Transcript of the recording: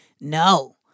No